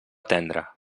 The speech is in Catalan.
tendra